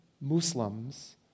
Muslims